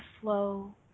flow